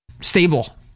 stable